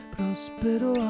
Prospero